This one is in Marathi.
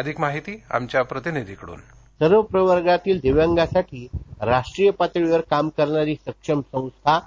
अधिक माहिती आमच्या प्रतिनिधीकडून सर्व प्रवर्गातील दिव्यांगासाठी राष्ट्रीय पातळीवरकाम करणारी सक्षम संस्था